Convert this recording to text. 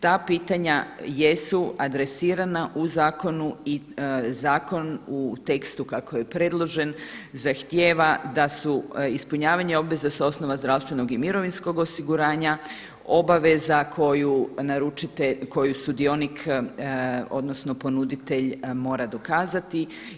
Ta pitanja jesu adresirana u zakonu i zakon u tekstu kako je predložen zahtjeva da su ispunjavanje obveza s osnova zdravstvenog i mirovinskog osiguranja obaveza koju sudionik odnosno ponuditelj mora dokazati.